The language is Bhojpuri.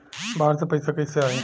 बाहर से पैसा कैसे आई?